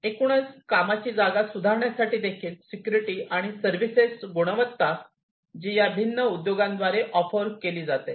एकूणच कामाची जागा सुधारण्यासाठी देखील सिक्युरिटी आणि सर्विसेस गुणवत्ता जी या भिन्न उद्योगांद्वारे ऑफर केली जाते